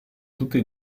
tutti